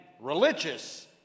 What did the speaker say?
religious